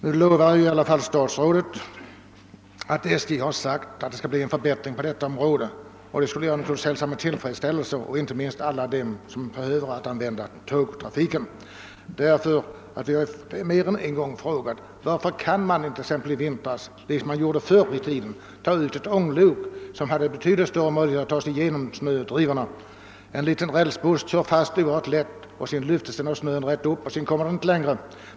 Nu säger dock statsrådet att SJ har lovat att det skall bli en förbättring på detta område. Det skulle naturligtvis jag och alla de som behöver anlita tågtrafiken hälsa med stor tillfredsställelse. Jag har mer än en gång frågat: Varför har man exempelvis under den gångna vintern inte, som man gjorde förut, kunnat sätta in ånglok? Ett sådant har ju betydligt större möjligheter än en rälsbuss att ta sig igenom snödrivorna. En liten rälsbuss kör fast mycket lätt — sedan lyfts den av snön rätt upp och kommer inte längre.